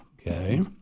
Okay